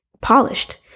polished